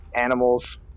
animals